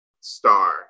Star